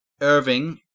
irving